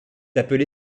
appelé